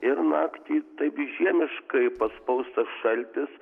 ir naktį taip žiemiškai paspaus tas šaltis